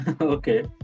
Okay